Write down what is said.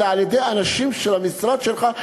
אלא על-ידי אנשים של המשרד שלך,